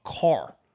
car